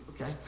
okay